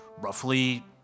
roughly